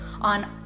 on